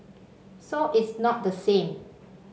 so it's not the same